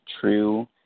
true